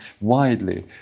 widely